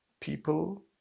people